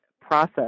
process